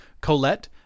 Colette